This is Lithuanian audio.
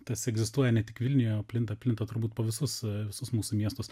tas egzistuoja ne tik vilniuje plinta plinta turbūt po visus visus mūsų miestus